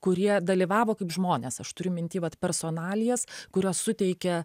kurie dalyvavo kaip žmonės aš turiu minty vat personalijas kurios suteikia